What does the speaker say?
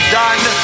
done